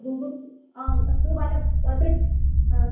Google अस्तु बालप् त्रिप् आ